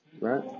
right